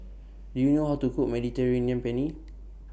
Do YOU know How to Cook Mediterranean Penne